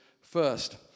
first